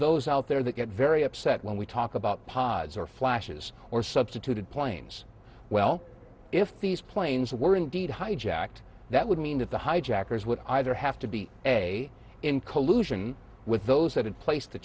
those out there that get very upset when we talk about pods or flashes or substituted planes well if these planes were indeed hijacked that would mean that the hijackers would either have to be a in collusion with those that had placed the